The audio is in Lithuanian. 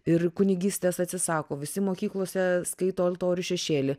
ir kunigystės atsisako visi mokyklose skaito altorių šešėly